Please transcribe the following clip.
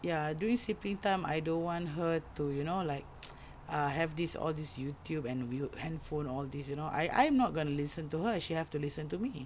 ya during sleeping time I don't want her to you know like uh have this all this YouTube and view handphone all these you know I I'm not gonna listen to her she have to listen to me